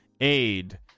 aid